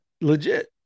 legit